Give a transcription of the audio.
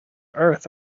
earth